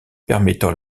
permettant